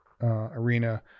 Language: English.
arena